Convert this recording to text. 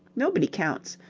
nobody counts.